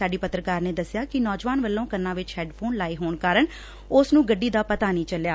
ਸਾਡੀ ਪੱਤਰਕਾਰ ਨੇ ਦਸਿਆ ਕਿ ਨੌਜਵਾਨ ਵੱਲੋ ਕੰਨਾਂ ਵਿਚ ਹੈੱਡਫੋਨ ਲਾਏ ਹੋਣ ਕਾਰਨ ਉਸ ਨੂੰ ਗੱਡੀ ਦਾ ਪਤਾ ਨਹੀਂ ਚੱਲਿਆ